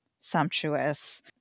sumptuous